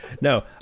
No